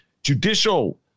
Judicial